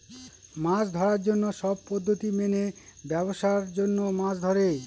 মাছ ধরার জন্য সব পদ্ধতি মেনে ব্যাবসার জন্য মাছ ধরে